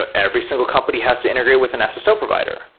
but every single company has to integrate with an sso so provider.